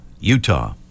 Utah